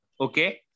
Okay